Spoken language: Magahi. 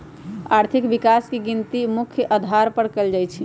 आर्थिक विकास के गिनती मुख्य अधार पर कएल जाइ छइ